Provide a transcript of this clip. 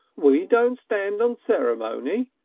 we don't stand on ceremony,